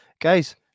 Guys